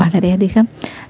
വളരെ അധികം